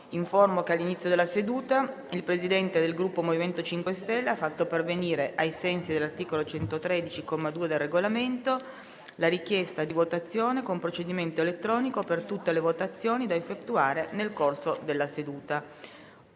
che all'inizio della seduta il Presidente del Gruppo MoVimento 5 Stelle ha fatto pervenire, ai sensi dell'articolo 113, comma 2, del Regolamento, la richiesta di votazione con procedimento elettronico per tutte le votazioni da effettuare nel corso della seduta.